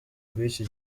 bw’iki